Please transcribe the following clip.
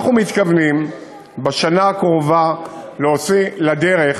בשנה הקרובה אנחנו מתכוונים להוציא לדרך